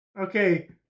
Okay